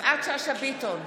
יפעת שאשא ביטון,